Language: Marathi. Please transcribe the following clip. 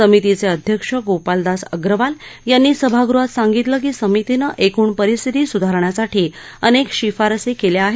समितीचे अध्यक्ष गोपालदास अग्रवाल यांनी सभागृहात सांगितलं की समितीने एकूण परिस्थिती सुधारण्यासाठी अनेक शिफारशी केल्या आहेत